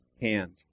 hand